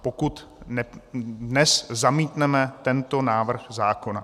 Pokud dnes zamítneme tento návrh zákona.